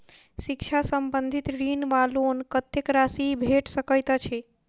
शिक्षा संबंधित ऋण वा लोन कत्तेक राशि भेट सकैत अछि?